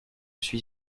suis